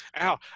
Ow